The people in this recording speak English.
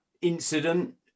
incident